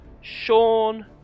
Sean